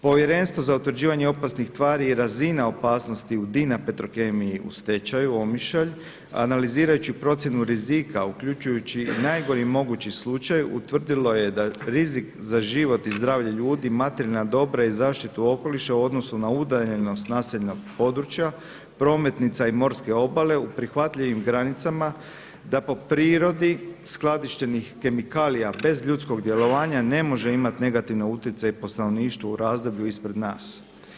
Povjerenstvo za utvrđivanje opasnih tvari i razina opasnosti u DINA Petrokemiji u stečaju Omišalj, analizirajući procjenu rizika uključujući i najgori mogući slučaj utvrdilo je da rizik za život i zdravlje ljudi, materijalna dobra i zaštitu okoliša u odnosu na udaljenost naseljena područja, prometnica i morske obale u prihvatljivim granicama da po prirodi skladišteni kemikalija bez ljudskog djelovanja ne može imati negativni utjecaj po stanovništvo u razdoblju ispred nas.